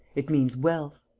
it means wealth,